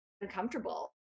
uncomfortable